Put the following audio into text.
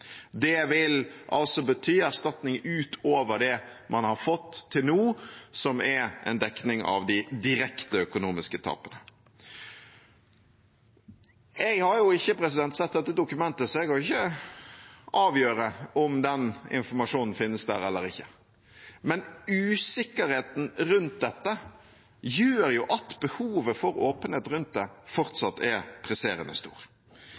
Det vil altså bety erstatning utover det man har fått til nå, som er en dekning av de direkte økonomiske tapere. Jeg har ikke sett dette dokumentet, så jeg kan ikke avgjøre om den informasjonen finnes der eller ikke, men usikkerheten rundt dette gjør at behovet for åpenhet rundt det fortsatt er presserende stor.